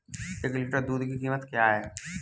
एक लीटर दूध की कीमत क्या है?